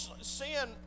sin